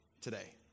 today